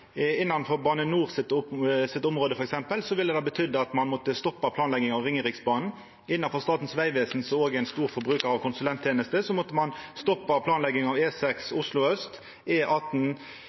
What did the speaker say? Innanfor Bane NOR sitt område ville det f.eks. betydd at ein måtte ha stoppa planane av Ringeriksbanen. Innanfor Statens vegvesen, som òg er ein stor forbrukar av konsulenttenester, måtte ein ha stoppa planlegginga av E6 Oslo øst, E39 Hordfast, E39 Sulafjorden, E39 Vartdals- og